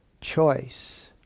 choice